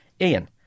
Ian